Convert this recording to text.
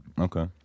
Okay